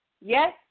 Yes